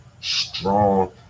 strong